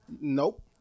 Nope